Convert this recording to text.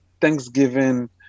Thanksgiving